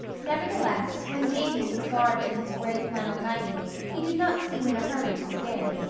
nevertheless, when davy was garbed in his gray flannel nighty, he did not seem in a hurry to begin.